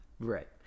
Right